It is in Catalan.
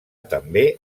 també